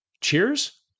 Cheers